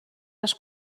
les